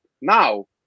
now